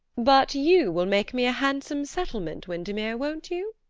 but you will make me a handsome settlement, windermere, won't you?